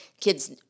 kids